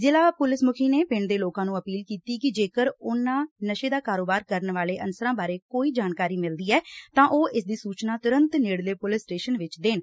ਜਿਲ੍ਹਾ ਪੁਲਿਸ ਮੁਖੀ ਨੇ ਪਿੰਡ ਦੇ ਲੋਕਾਂ ਨੂੰ ਅਪੀਲ ਕੀਤੀ ਕਿ ਜੇਕਰ ਉਨ੍ਹਾਂ ਨਸ਼ੇ ਦਾ ਕਾਰੋਬਾਰ ਕਰਨ ਵਾਲੇ ਅਨਸਰਾਂ ਬਾਰੇ ਕੋਈ ਜਾਣਕਾਰੀ ਮਿਲਦੀ ਹੈ ਤਾਂ ਉਹ ਇਸ ਦੀ ਸੂਚਨਾ ਤੁਰੰਤ ਨੇੜਲੇ ਪੁਲਿਸ ਸਟੇਸ਼ਨ ਵਿੱਚ ਦੇਣ